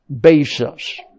basis